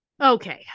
Okay